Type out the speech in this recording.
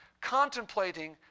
contemplating